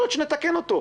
יכול להיות שנתקן אותו.